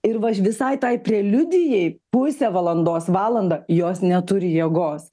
ir va aš visai tai preliudijai pusė valandos valandą jos neturi jėgos